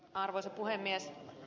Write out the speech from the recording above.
arvoisa puhemies